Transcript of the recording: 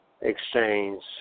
exchange